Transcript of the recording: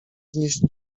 znieść